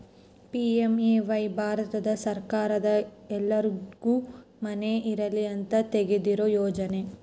PMAY Bharat ಸರ್ಕಾರದ ಎಲ್ಲರ್ಗು ಮನೆ ಇರಲಿ ಅಂತ ತೆಗ್ದಿರೊ ಯೋಜನೆ